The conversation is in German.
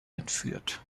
entführt